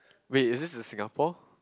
wait is this in Singapore